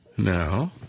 No